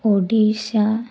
Odisha